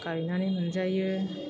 गायनानै मोनजायो